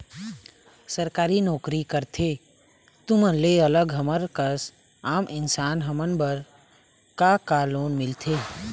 सरकारी नोकरी करथे तुमन ले अलग हमर कस आम इंसान हमन बर का का लोन मिलथे?